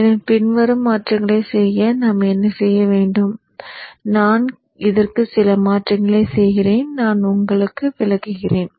எனவே பின்வரும் மாற்றங்களைச் செய்ய நாம் என்ன செய்ய வேண்டும் நான் இதற்கு சில மாற்றங்களைச் செய்கிறேன் நான் உங்களுக்கு விளக்குகிறேன்